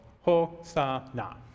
Hosanna